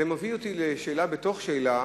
זה מביא אותי לשאלה בתוך שאלה,